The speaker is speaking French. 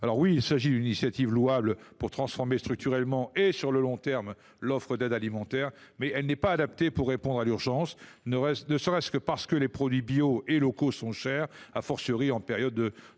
Certes, il s’agit d’une initiative louable pour transformer structurellement et sur le long terme l’offre d’aide alimentaire, mais elle n’est pas adaptée pour répondre à l’urgence, ne serait ce que parce que les produits bio et locaux sont chers, en période de